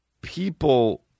people